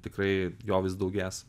tikrai jo vis daugės